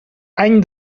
any